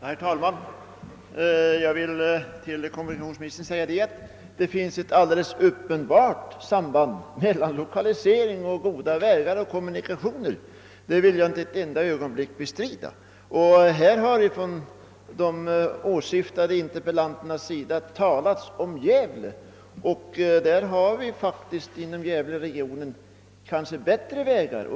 Herr talman! Jag bestrider inte ett ögonblick, herr kommunikationsminister, att det finns ett klart samband mellan lokalisering, goda vägar och kommunikationer. Interpellanterna har här talat om Gävleborgs län, och inom Gävleregionen har vi kanske bättre vägar än på andra håll i länet.